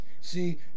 see